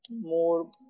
more